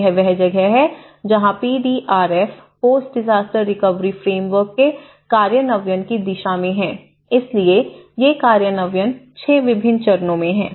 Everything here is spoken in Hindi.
यह वह जगह है जहां P D R F post disaster recovery framework के कार्यान्वयन की दिशा में हैं इसलिए ये कार्यान्वयन 6 विभिन्न चरणों में हैं